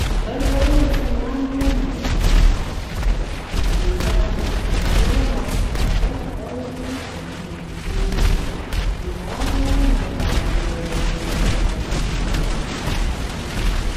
Zaho zao isan'nadro mandeha bazary, d isan'andro mandeha bazary io aho agnatiny boira araiky izay in-telom-polo, d zaho mandany eo amin'iray aly isaky ny manao bazary.